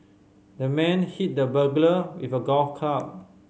the man hit the burglar with a golf club